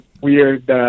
weird